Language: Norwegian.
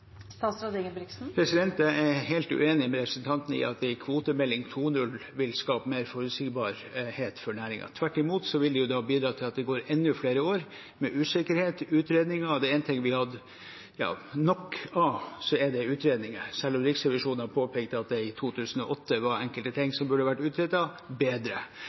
Jeg er helt uenig med representanten i at en kvotemelding 2.0 vil skape mer forutsigbarhet for næringen. Tvert imot vil vi da bidra til at det går enda flere år med usikkerhet og utredninger, og er det én ting vi har hatt nok av, er det utredninger, selv om Riksrevisjonen har påpekt at det i 2008 var enkelte ting som burde vært utredet bedre.